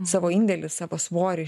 savo indėlį savo svorį